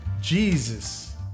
Jesus